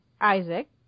Isaac